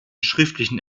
schriftlichen